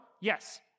Yes